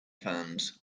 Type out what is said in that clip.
fans